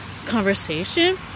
conversation